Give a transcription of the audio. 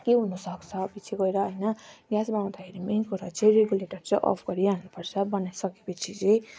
के हुन सक्छ पछि गएर होइन ग्यास गनाउँदाखेरि मेन कुरा चाहिँ रेगुलेटर चाहिँ अफ् गरिहाल्नु पर्छ बनाई सके पछि चाहिँ